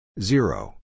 zero